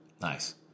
nice